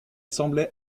semblait